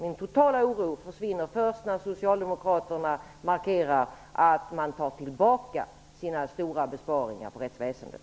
Min totala oro försvinner först när Socialdemokraterna markerar att man tar tillbaka sina stora besparingar på rättsväsendet.